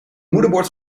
moederbord